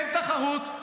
אין תחרות.